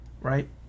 right